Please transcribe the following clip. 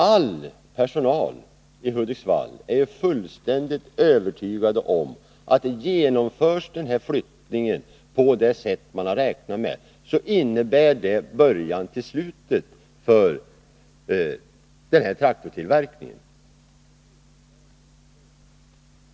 All personal i Hudiksvall är fullständigt övertygad om att genomförs den här flyttningen på det sätt man har räknat med, så innebär det början till slutet för traktortillverkningen.